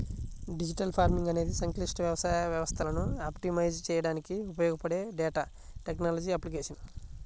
digital farming అనేది సంక్లిష్ట వ్యవసాయ వ్యవస్థలను ఆప్టిమైజ్ చేయడానికి ఉపయోగపడే డేటా టెక్నాలజీల అప్లికేషన్